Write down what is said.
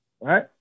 right